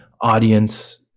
audience